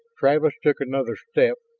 travis took another step,